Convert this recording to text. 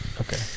Okay